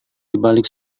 dibalik